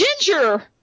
Ginger